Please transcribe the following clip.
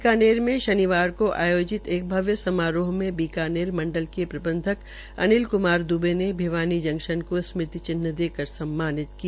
बीकानेर में शनिवार को आयोजित एक भव्य समारोह में बीकानेर मंडल के प्रबंधक अनिल क्मार दूबे ने भिवानी जंक्शन को स्मृति चिन्ह देकर सम्मानित किया